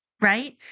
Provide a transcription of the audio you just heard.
right